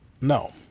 no